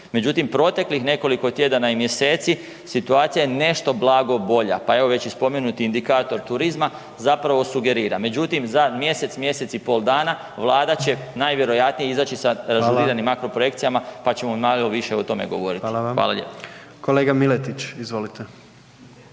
Međutim, proteklih nekoliko tjedana i mjeseci situacija je nešto blago bolja, pa evo već i spomenuti indikator turizma zapravo sugerira. Međutim, za mjesec, mjesec i pol dana vlada će najvjerojatnije izaći sa ažuriranim …/Upadica: Hvala/…makro projekcijama, pa ćemo malo više o tome govoriti. …/Upadica: Hvala vam/…Hvala lijepo.